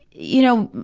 you know,